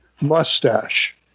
mustache